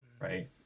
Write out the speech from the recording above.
Right